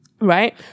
right